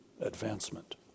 advancement